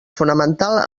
fonamental